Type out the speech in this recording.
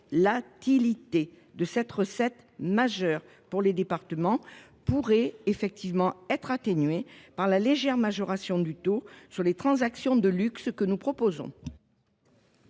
volatilité de cette recette majeure pour les départements pourrait donc être atténuée par la légère majoration du taux sur les transactions de luxe que nous proposons.